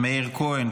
מאיר כהן,